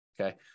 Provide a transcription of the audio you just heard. Okay